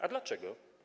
A dlaczego?